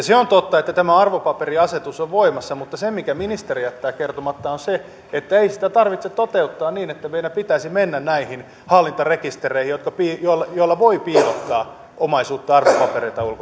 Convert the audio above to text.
se on totta että tämä arvopaperiasetus on voimassa mutta ministeri jättää kertomatta että ei sitä tarvitse toteuttaa niin että meidän pitäisi mennä näihin hallintarekistereihin joilla voi piilottaa omaisuutta arvopapereita